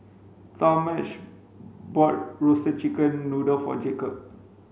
Talmadge bought roasted chicken noodle for Jacob